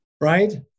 right